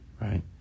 right